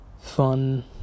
Fun